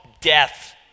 death